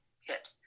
hit